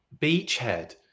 Beachhead